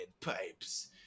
pipes